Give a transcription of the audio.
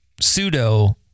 pseudo